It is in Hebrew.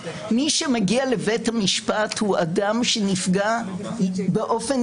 מי שמגיע לבית המשפט הוא אדם שנפגע באופן